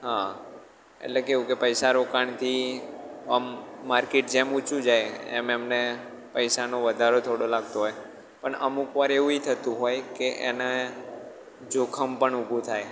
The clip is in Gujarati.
હા એટલે કેવું કે પૈસા રોકાણથી આમ માર્કેટ જેમ ઊંચું જાય એમ એમ એમને પૈસાનો વધારો થોડો લાગતો હોય પણ અમુકવાર એવું ય થતું હોય કે એને જોખમ પણ ઊભું થાય